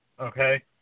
okay